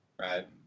Right